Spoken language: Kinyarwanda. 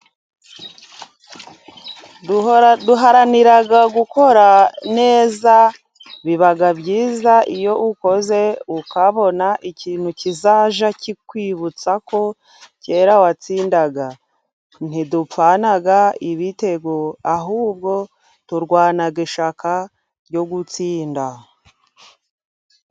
Duhora duharanira gukora neza. Biba byiza iyo ukoze ukabona ikintu kizajye kikwibutsa ko kera watsinda. Ntidupfana ibitego ahubwo turwana ishyaka ryo gutsinda.